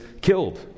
killed